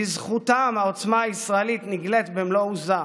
בזכותם העוצמה הישראלית נגלית במלוא עוזה.